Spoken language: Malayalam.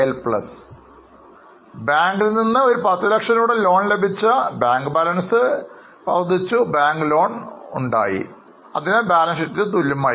അപ്പോൾ ബാങ്കിൽ നിന്ന് ഒരു 10 ലക്ഷം രൂപയുടെ ലോൺ ലഭിച്ചാൽ ബാങ്ക് ബാലൻസ് വർദ്ധിക്കുകയും ബാങ്ക് ലോൺ എന്ന ബാധ്യത ഉണ്ടാകുകയും ചെയ്യുന്നു അതിനാലാണ് ബാലൻസ് ഷീറ്റ് തുല്യമായി ഇരിക്കുന്നത്